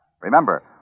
Remember